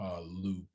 loop